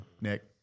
Nick